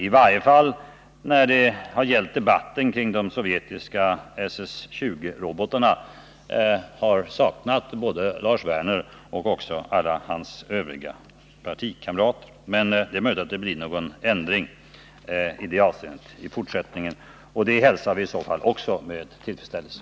I varje fall när det gällde debatten kring de sovjetiska SS-20-robotarna saknade vi både Lars Werner och så hans partikamrater. Men det är möjligt att det blir en ändring i det avseendet i fortsättningen, och den hälsar vi i så fall med stor tillfredsställelse.